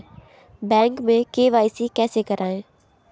Bank में KYC कैसे करायें?